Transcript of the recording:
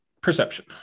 Perception